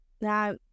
Now